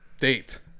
Date